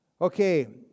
Okay